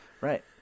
Right